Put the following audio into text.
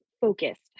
focused